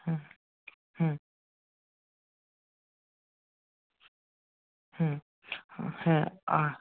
হুম হুম হুম হ্যাঁ আর